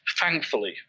thankfully